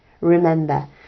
Remember